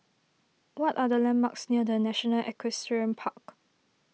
what are the landmarks near the National Equestrian Park